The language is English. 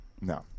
no